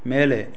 மேலே